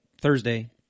Thursday